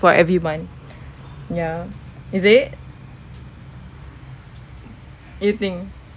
for every month ya is it you think